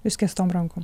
išskėstom rankom